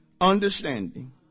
understanding